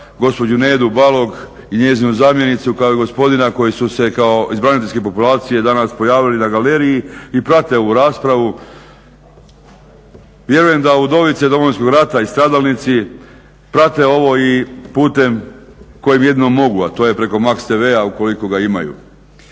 gospođu Nedu Balog i njezinu zamjenicu kao i gospodina koji su se kao iz braniteljske populacije danas pojavili na galeriji i prate ovu raspravu, vjerujem da udovice Domovinskog rata i stradalnici prate ovo i putem kojim jedino mogu, a to je preko MAX TV-a ukoliko ga imaju.